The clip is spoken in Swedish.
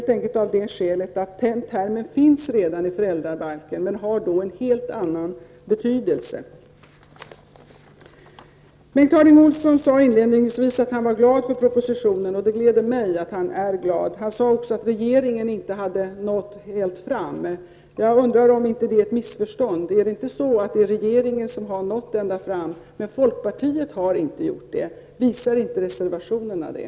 Termen finns nämligen redan i föräldrabalken, men har då en helt annan betydelse. Bengt Harding Olson sade inledningsvis att han var glad för propositionen. Det gläder mig att han är glad. Han sade också att regeringen inte hade nått ända fram. Jag undrar om det inte är ett missförstånd. Är det inte så att regeringen har nått ända fram, medan folkpartiet inte har gjort det? Visar inte reservationerna det?